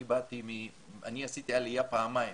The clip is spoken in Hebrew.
אני עשיתי עלייה פעמיים,